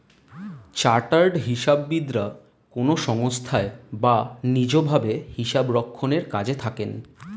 chartered হিসাববিদরা কোনো সংস্থায় বা নিজ ভাবে হিসাবরক্ষণের কাজে থাকেন